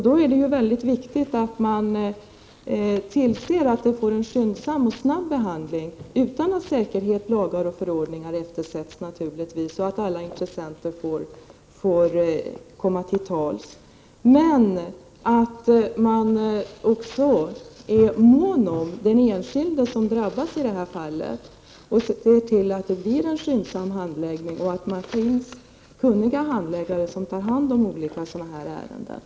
Då är det mycket viktigt att man ser till att ärendena får en skyndsam och snabb behandling — naturligtvis utan att säkerhet, lagar och förordningar eftersätts — och att alla intressenter får komma till tals. Det är också viktigt att man är mån om den enskilde som drabbas i detta fall och ser till att det blir en skyndsam handläggning och att det finns kunniga handläggare som tar hand om olika ärenden av detta slag.